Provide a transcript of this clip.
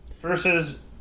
Versus